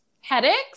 Headaches